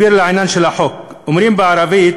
לעניין של החוק: אומרים בערבית